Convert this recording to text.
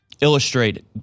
illustrate